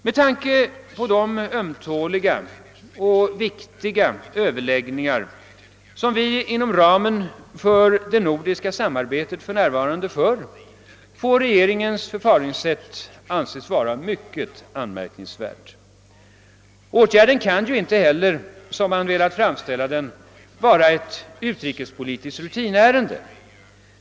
Med tanke på de ömtåliga och viktiga överläggningar som vi inom ramen för det nordiska samarbetet för närvarande för får regeringens förfaringssätt betraktas som mycket anmärkningsvärt. Åtgärden kan heller inte — som regeringen velat framställa den — vara ett utrikespolitiskt rutinärende.